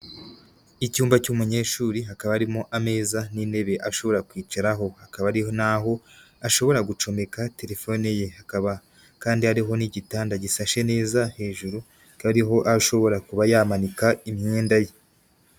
Icyumba cy'umunyeshuri hakaba harimo ameza n'intebe ashobora kwicaraho, hakaba hari naho ashobora gucomeka telefone ye, hakaba kandi hariho n'igitanda gishashe neza, hejuru hakaba hariho n'aho ashobora kuba yamanika imyenda ye.